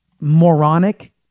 moronic